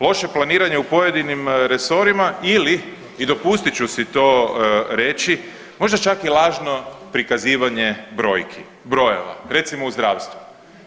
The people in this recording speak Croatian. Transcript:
Loše planiranje u pojedinim resorima ili i dopustit ću si to reći možda čak i lažno prikazivanje brojki, brojeva, recimo u zdravstvu.